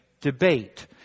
debate